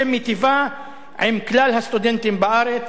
שמיטיבה עם כלל הסטודנטים בארץ,